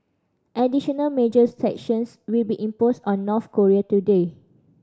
additional major sanctions will be imposed on North Korea today